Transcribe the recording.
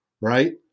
right